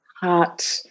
heart